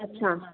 ਅੱਛਾ